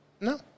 No